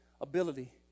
Ability